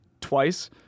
twice